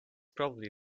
probably